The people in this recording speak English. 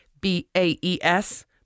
b-a-e-s